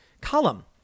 Column